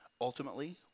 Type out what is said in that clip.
Ultimately